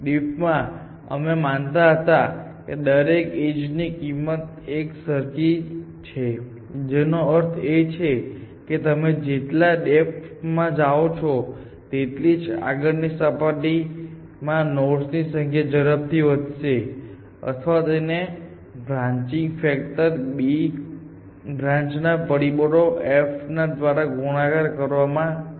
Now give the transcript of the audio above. DFID માં અમે માનતા હતા કે દરેક એજ ની કિંમત એક સરખી છે જેનો અર્થ એ છે કે તમે જેટલા ડેપ્થ માં જાઓ છો તેટલી જ આગળની સપાટીમાં નોડ્સની સંખ્યા ઝડપથી વધશે અથવા તેને બ્રાન્ચિન્ગ ફેક્ટર b બ્રાન્ચ ના પરિબળો f દ્વારા ગુણાકાર કરવામાં આવી હતી